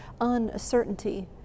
uncertainty